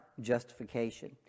justification